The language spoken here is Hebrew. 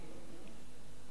אני מוכרח לומר לך,